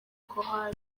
korali